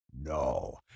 No